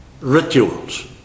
rituals